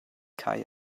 kai